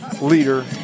leader